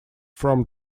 from